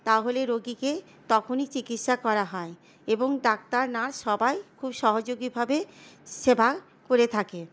তাহলে রোগীকে তখনি চিকিৎসা করা হয় এবং ডাক্তার নার্স সবাই খুব সহযোগীভাবে সেবা করে থাকে